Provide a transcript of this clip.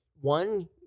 one